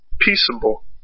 peaceable